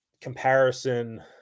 comparison